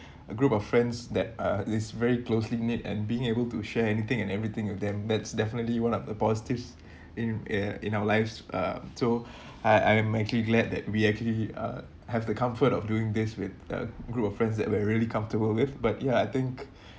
a group of friends that uh it's very closely knit and being able to share anything and everything with them that's definitely one of the positives in uh in our lives uh so I I'm actually glad that we actually uh have the comfort of doing this with a group of friends that we're really comfortable with but ya I think